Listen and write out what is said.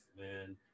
man